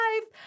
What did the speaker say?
life